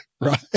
Right